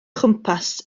chwmpas